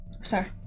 Sorry